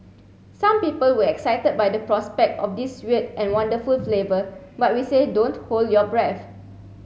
some people were excited by the prospect of this weird and wonderful flavour but we say don't hold your breath